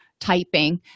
Typing